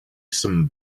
some